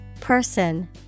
Person